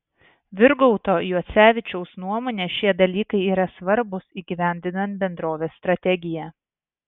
virgaudo juocevičiaus nuomone šie dalykai yra svarbūs įgyvendinant bendrovės strategiją